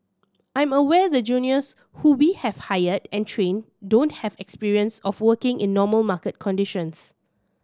I'm aware the juniors who we have hired and trained don't have experience of working in normal market conditions